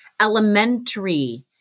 elementary